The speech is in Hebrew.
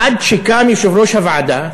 עד שקם יו"ר הוועדה,